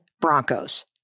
Broncos